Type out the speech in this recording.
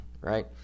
right